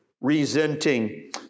resenting